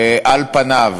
על פניהם,